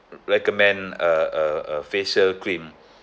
recommend a a a facial cream